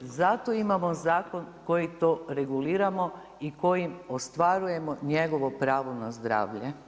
Zato imamo zakon kojim to reguliramo i kojim ostvarujemo njegovo pravo na zdravlje.